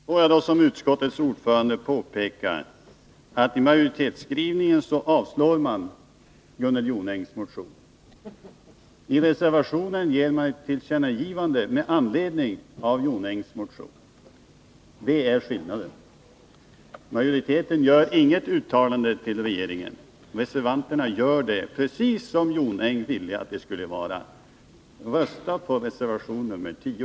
Herr talman! Får jag som utskottets ordförande påpeka att i majoritetsskrivningen avstyrker man Gunnel Jonängs motion, men i reservationen gör man ett tillkännagivande med anledning av motionen. Det är skillnaden. Majoriteten gör inget uttalande till regeringen. Reservanterna gör det — precis som Gunnel Jonäng vill att det skulle vara. Rösta på reservation nr 10!